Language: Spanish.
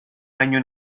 año